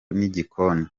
n’igikoni